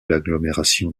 l’agglomération